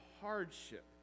hardship